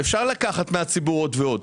אפשר לקחת מהציבור עוד ועוד.